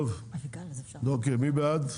מי בעד?